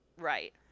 Right